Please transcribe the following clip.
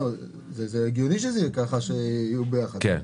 זה הגיוני שזה יהיה ככה שיהיו ביחד.